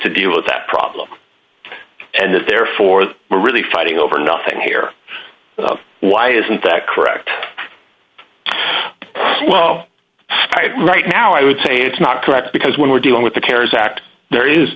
to deal with that problem and that therefore they are really fighting over nothing here why isn't that correct well right now i would say it's not correct because when we're dealing with a terrorist act there is